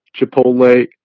Chipotle